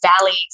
valleys